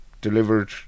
delivered